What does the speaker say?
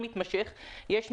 זו